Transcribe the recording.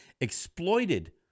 exploited